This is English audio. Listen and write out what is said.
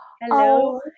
Hello